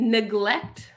Neglect